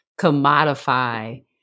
commodify